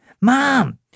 Mom